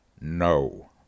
No